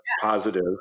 positive